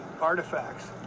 artifacts